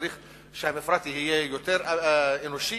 שהמפרט יהיה יותר אנושי,